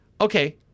okay